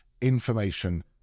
information